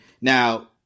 Now